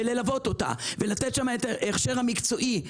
ללוות אותה ולתת הכשר מקצועי.